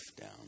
down